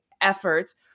efforts